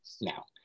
now